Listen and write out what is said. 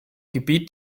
gebiet